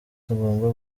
tugomba